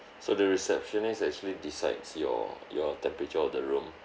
so the receptionist actually decides your your temperature of the room